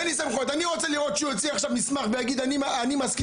אני רוצה לראות שהוא יוציא עכשיו מסמך ויגיד שהוא מסכים,